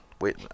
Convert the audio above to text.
Wait